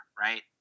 right